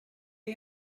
est